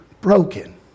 broken